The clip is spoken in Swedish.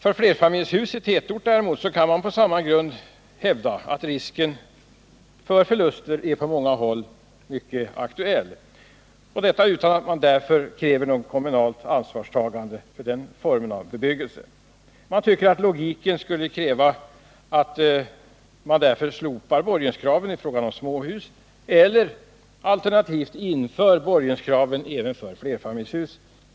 För flerfamiljshus i tätort kan man däremot på samma grund hävda att risken för förluster på många håll är aktuell — detta utan att man därför kräver något kommunalt ansvarstagande för den formen av bebyggelse. Man tycker att logiken skulle kräva att man därför slopar borgenskravet i fråga om småhus eller inför borgenskrav även för flerfamiljshus.